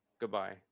goodbye